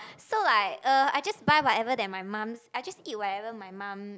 so like uh I just buy whatever that my mums I just eat whatever my mum